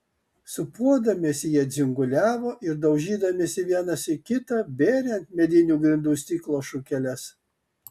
sūpuodamiesi jie dzinguliavo ir daužydamiesi vienas į kitą bėrė ant medinių grindų stiklo šukeles